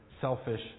selfish